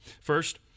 First